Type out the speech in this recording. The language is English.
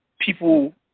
people